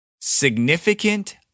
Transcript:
Significant